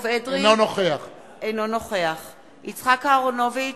אינו נוכח יצחק אהרונוביץ,